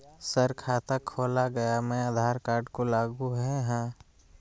Sir खाता खोला गया मैं आधार कार्ड को लागू है हां?